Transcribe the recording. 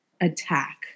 attack